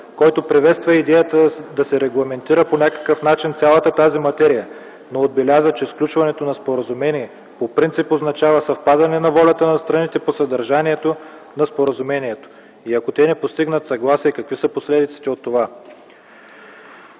който приветства идеята да се регламентира по някакъв начин цялата тази материя, но отбеляза, че сключването на споразумение по принцип означава съвпадане на волята на страните по съдържанието на споразумението и ако не постигнат съгласие, какви са последиците от това.